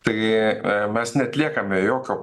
tai mes neatliekame jokio